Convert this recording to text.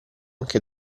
anche